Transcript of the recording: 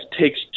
takes